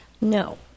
No